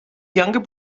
younger